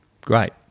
great